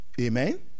Amen